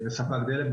לספק דלק,